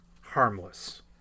harmless